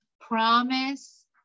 promise